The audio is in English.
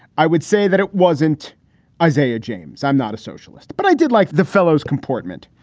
i would say that it wasn't isaiah. james, i'm not a socialist, but i did like the fellow's comportment.